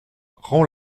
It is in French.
rend